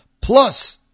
Plus